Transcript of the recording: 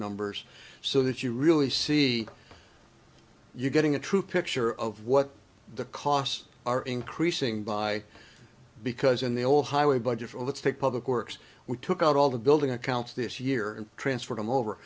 numbers so that you really see you getting a true picture of what the costs are increasing by because in the old highway budget for let's take public works we took out all the building accounts this year and transfer them over